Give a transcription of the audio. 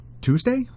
Tuesday